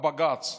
בג"ץ.